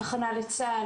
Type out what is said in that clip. הכנה לצה"ל,